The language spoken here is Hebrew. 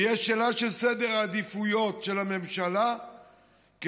ויש שאלה של סדר העדיפויות של הממשלה בהתמודדות